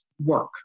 work